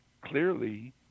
clearly